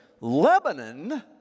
Lebanon